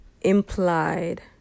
implied